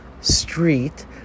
street